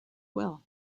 well